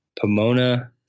pomona